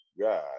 God